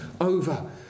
over